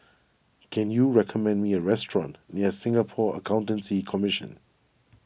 can you recommend me a restaurant near Singapore Accountancy Commission